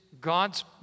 God's